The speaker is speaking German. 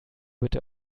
bitte